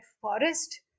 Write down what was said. forest